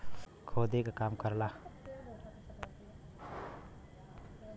खोदे के काम करेला